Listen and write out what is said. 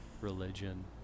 religion